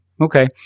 okay